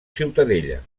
ciutadella